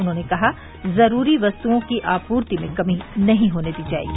उन्होंने कहा जरूरी वस्तुओं की आपूर्ति में कमी नहीं होने दी जाएगी